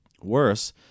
Worse